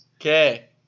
Okay